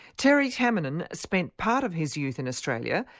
terry tamminen spent part of his youth in australia,